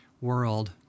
world